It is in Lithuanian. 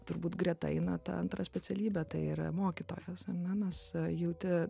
turbūt greta eina ta antra specialybė tai yra mokytojas ar ne nes jauti